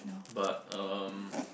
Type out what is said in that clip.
but um